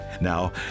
Now